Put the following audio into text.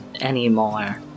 anymore